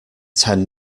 tend